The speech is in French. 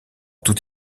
tout